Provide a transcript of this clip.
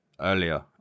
earlier